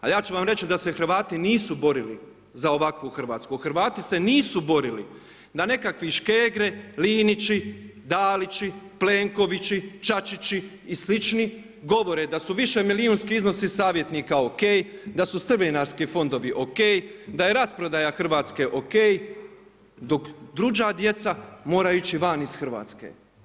A ja ću vam reći da se Hrvati nisu borili za ovakvu Hrvatsku, Hrvati se nisu borili za nekakvi Škegre, Linići, Dalići, Plenkovići, Čačići i slični govore da su više milijunski iznosi savjetnika o.k., da su strvinarski fondovi o.k., da je rasprodaja Hrvatske o.k., dok … djeca moraju ići van iz Hrvatske.